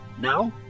Now